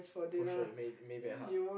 for sure it may mave at heart